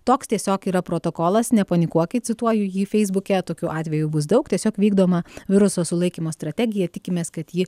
toks tiesiog yra protokolas nepanikuokit cituoju jį feisbuke tokių atvejų bus daug tiesiog vykdoma viruso sulaikymo strategija tikimės kad ji